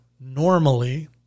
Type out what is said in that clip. normally